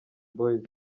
boyz